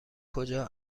کجا